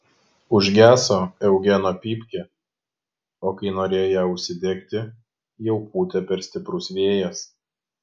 užgeso eugeno pypkė o kai norėjo ją užsidegti jau pūtė per stiprus vėjas